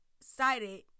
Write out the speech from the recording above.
cited